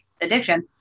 addiction